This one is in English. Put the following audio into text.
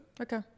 Okay